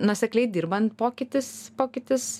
nuosekliai dirbant pokytis pokytis